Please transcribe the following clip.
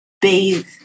bathe